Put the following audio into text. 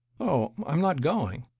oh, i'm not going,